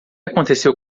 aconteceu